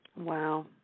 Wow